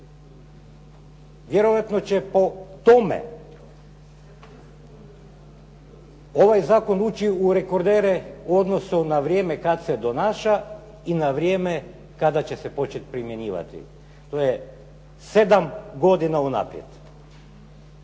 Vjerojatno će po tome ovaj zakon ući u rekordere u odnosu na vrijeme kada se donaša i na vrijeme kada će se početi primjenjivati. To je 7 godina unaprijed.